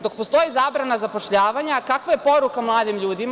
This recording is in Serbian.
Dok postoji zabrana zapošljavanja, kakva je poruka mladim ljudima?